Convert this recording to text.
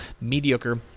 mediocre